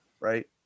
right